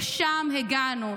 לשם הגענו.